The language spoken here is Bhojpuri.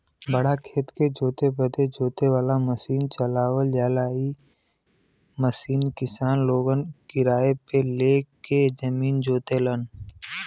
बड़ा खेत के जोते बदे जोते वाला मसीन चलावल जाला इ मसीन किसान लोगन किराए पे ले के जमीन जोतलन